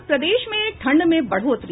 और प्रदेश में ठंड में बढ़ोतरी